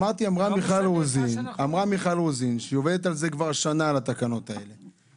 אמרתי שאמרה מיכל רוזין שהיא עובדת על התקנות האלה